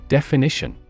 Definition